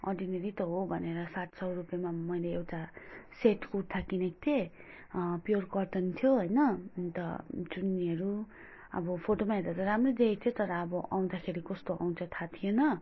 ordinary त हो भनेर सात सय रुपियाँमा मैले एउटा सेट कुर्ता किनेको थिएँ प्योर कटन थियो होइन अन्त चुन्नीहरू अब फोटोमा हेर्दा त राम्रो देखेको थियो तर अब आउँदाखेरि कस्तो आउँछ थाहा थिएन